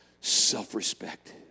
self-respect